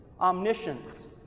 omniscience